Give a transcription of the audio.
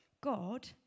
God